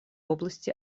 области